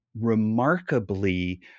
remarkably